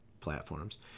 platforms